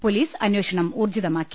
police അന്വേഷണം ഊർജ്ജിതമാക്കി